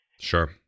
Sure